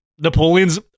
Napoleon's